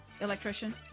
Electrician